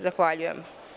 Zahvaljujem.